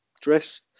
dress